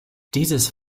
dieses